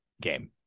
game